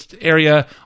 area